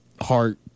heart